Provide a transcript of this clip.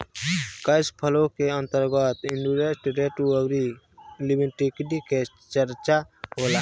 cash flow के अंतर्गत interest rate अउरी लिक्विडिटी के चरचा होला